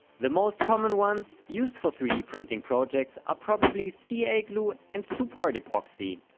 the most common ones, used for three d printing projects are probably ca glue and two part epoxy.